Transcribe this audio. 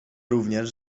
również